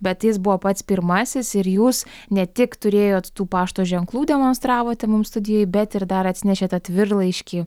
bet jis buvo pats pirmasis ir jūs ne tik turėjot tų pašto ženklų demonstravote mums studijoj bet ir dar atsinešėt atvirlaiškį